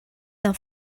d’un